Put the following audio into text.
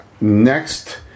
next